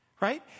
Right